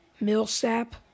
Millsap